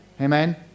Amen